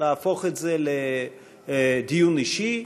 נהפוך את זה לדיון אישי,